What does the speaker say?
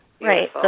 Right